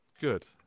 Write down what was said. good